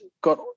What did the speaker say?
got